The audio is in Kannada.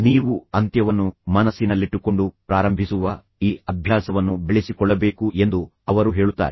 ನೀವು ಅಂತ್ಯವನ್ನು ಮನಸ್ಸಿನಲ್ಲಿಟ್ಟುಕೊಂಡು ಪ್ರಾರಂಭಿಸುವ ಈ ಅಭ್ಯಾಸವನ್ನು ಬೆಳೆಸಿಕೊಳ್ಳಬೇಕು ಎಂದು ಅವರು ಹೇಳುತ್ತಾರೆ